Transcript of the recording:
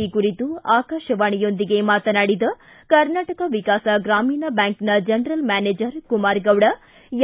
ಈ ಕುರಿತು ಆಕಾಶವಾಣಿಯೊಂದಿಗೆ ಮಾತನಾಡಿದ ಕರ್ನಾಟಕ ವಿಕಾಸ ಗ್ರಾಮೀಣ ಬ್ಯಾಂಕ್ನ ಜನರಲ್ ಮ್ಯಾನೆಜರ್ ಕುಮಾರ ಗೌಡ